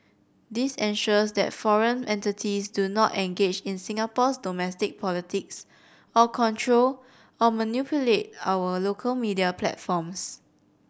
this ensures that foreign entities do not engage in Singapore's domestic politics or control or manipulate our local media platforms